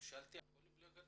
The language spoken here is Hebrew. הממשלתי יכולים להגיד